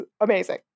amazing